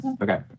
Okay